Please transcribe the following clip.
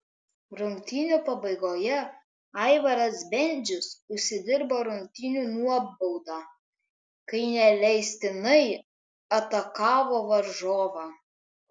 rungtynių pabaigoje aivaras bendžius užsidirbo rungtynių nuobaudą kai neleistinai atakavo varžovą